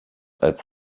als